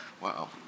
Wow